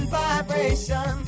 vibration